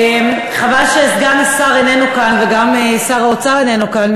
חבל שסגן השר איננו כאן, וגם שר האוצר איננו כאן.